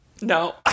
no